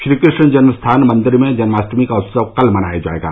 श्रीकृष्ण जन्मस्थान मंदिर में जन्माष्टमी का उत्सव कल मनाया जाएगा